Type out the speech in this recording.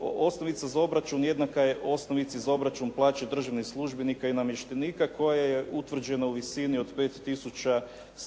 osnovica za obračun jednaka je osnovici za obračun plaće državnih službenika i namještenika koje je utvrđeno u visini od 5